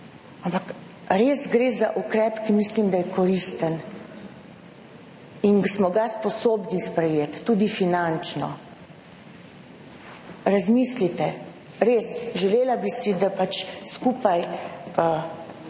res gre za ukrep, ki mislim, da je koristen, in smo ga sposobni sprejeti tudi finančno. Razmislite, res, želela bi si, da skupaj